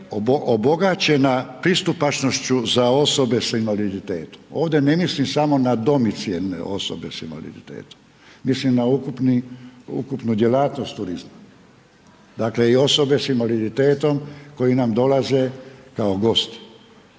obogaćena pristupačnošću za osobe s invaliditetom. Ovdje ne mislim samo na domicilne osobe s invaliditetom, mislim na ukupnu djelatnost turizma. Dakle, i osobe s invaliditetom koji nam dolaze kao gosti.